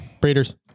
Breeders